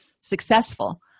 successful